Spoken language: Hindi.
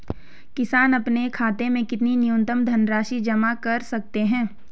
किसान अपने खाते में कितनी न्यूनतम धनराशि जमा रख सकते हैं?